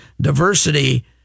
diversity